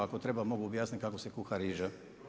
Ako treba, mogu objasniti kako se kuha riža.